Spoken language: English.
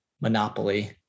monopoly